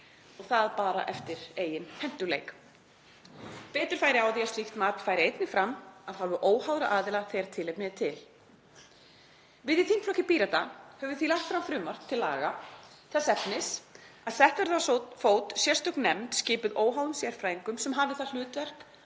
og það bara eftir eigin hentugleika. Betur færi á því að slíkt mat færi einnig fram af hálfu óháðra aðila þegar tilefni er til. Við í þingflokki Pírata höfum því lagt fram frumvarp til laga þess efnis að sett verði á fót sérstök nefnd skipuð óháðum sérfræðingum sem hafi það hlutverk